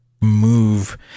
move